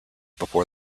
before